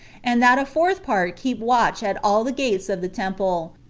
and that a fourth part keep watch at all the gates of the temple,